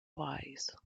wise